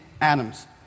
Adam's